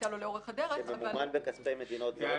הייתה לו לאורך הדרך --- זה ממומן מכספי מדינות והייתם